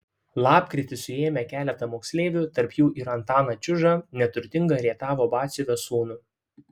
lapkritį suėmė keletą moksleivių tarp jų ir antaną čiužą neturtingą rietavo batsiuvio sūnų